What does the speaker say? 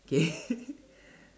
okay